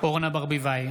אורנה ברביבאי,